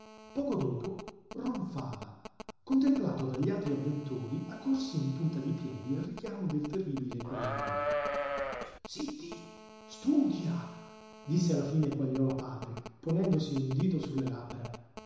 poco dopo ronfava contemplato dagli altri avventori accorsi in punta di piedi al richiamo del terribile quagliolino zitti studia disse alla fine quagliola padre ponendosi un dito su le labbra